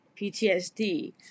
PTSD